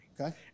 Okay